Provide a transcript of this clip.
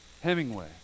Hemingway